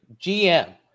GM